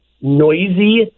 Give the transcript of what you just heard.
noisy